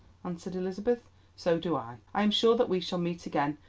answered elizabeth so do i. i am sure that we shall meet again,